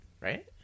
right